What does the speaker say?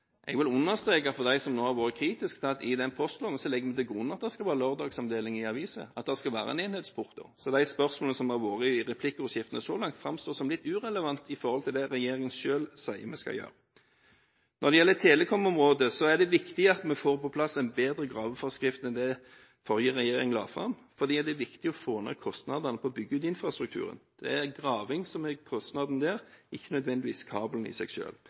Jeg vil understreke, for dem som nå har vært kritiske, at i den postloven legger vi til grunn at det skal være lørdagsomdeling av aviser, og at det skal være en enhetsporto. Så de spørsmålene som har vært i replikkordskiftene så langt, framstår som litt irrelevante i forhold til det regjeringen selv sier den skal gjøre. Når det gjelder telekomområdet, er det viktig at vi får på plass en bedre graveforskrift enn det forrige regjering la fram, fordi det er viktig å få ned kostnadene ved å bygge ut infrastrukturen. Det er graving som utgjør kostnaden der, ikke nødvendigvis kablene i seg